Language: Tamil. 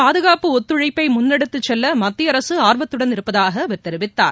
பாதுகாப்பு ஒத்துழைப்பைமுன்னெடுத்துச்செல்லமத்தியஅரசுஆர்வத்துடன் இவர்களுடன் இருப்பதாகஅவர் தெரிவித்தார்